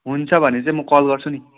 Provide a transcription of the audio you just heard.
हुन्छ भने चाहिँ म कल गर्छु नि